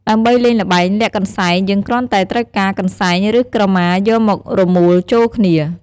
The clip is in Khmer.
ដើម្បីលេងល្បែងលាក់កន្សែង យើងគ្រាន់តែត្រូវការ កន្សែង ឬ ក្រមាយកមករមួលចូលគ្នា។